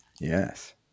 Yes